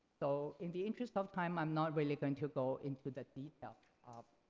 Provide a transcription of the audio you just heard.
so in the interest of time i'm not really going to go into the details of